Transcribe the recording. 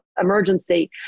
emergency